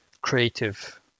creative